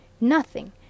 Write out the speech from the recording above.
Nothing